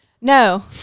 No